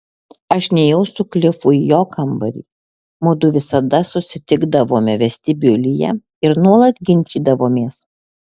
aš nėjau su klifu į jo kambarį mudu visada susitikdavome vestibiulyje ir nuolat ginčydavomės